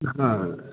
घना होइ रहै